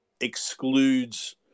excludes